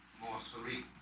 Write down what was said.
more surreal